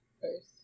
first